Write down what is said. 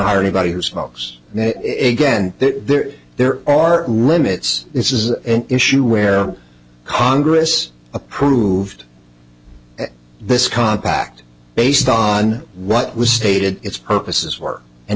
hire anybody who smokes again that there is there are remits this is an issue where congress approved this compact based on what was stated its purpose is work and